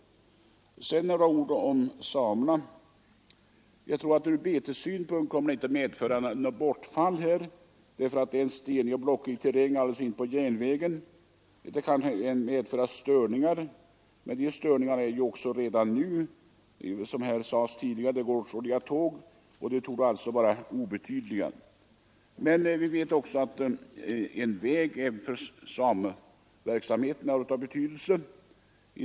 Sedan några ord om samerna. Jag tror att ur betessynpunkt kommer det inte att medföra något bortfall, därför att det är fråga om en stenig och blockrik terräng alldeles inpå järnvägen. Det kan naturligtvis bli störningar, men dessa finns ju redan i och med järnvägen. Men vi vet också att en väg för sameverksamheten är av betydelse.